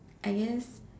I guess